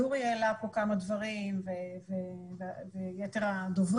יורי העלה פה כמה דברים ויתר הדוברים.